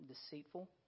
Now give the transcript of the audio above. deceitful